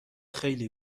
خیلی